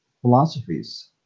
philosophies